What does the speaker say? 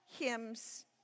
hymns